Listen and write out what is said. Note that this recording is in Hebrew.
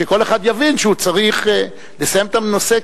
שכל אחד יבין שהוא צריך לסיים את הנושא,